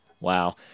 Wow